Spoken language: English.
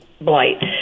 blight